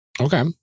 okay